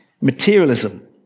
Materialism